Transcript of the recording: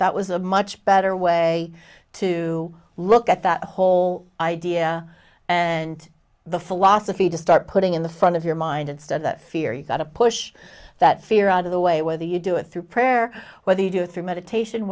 that was a much better way to look at that whole idea and the philosophy to start putting in the front of your mind instead that fear you've got to push that fear out of the way whether you do it through prayer whether you do it through meditation